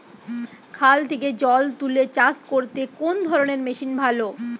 খাল থেকে জল তুলে চাষ করতে কোন ধরনের মেশিন ভালো?